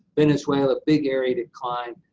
venezuela, big area decline,